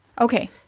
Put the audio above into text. Okay